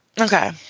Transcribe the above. Okay